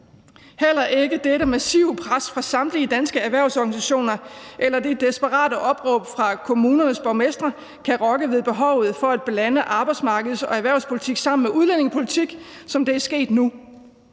heller ikke dette massive pres fra samtlige danske erhvervsorganisationer eller det desperate opråb fra kommunernes borgmestre kan rokke ved behovet for at blande arbejdsmarkeds- og erhvervspolitik sammen med udlændingepolitik, som det er sket nu.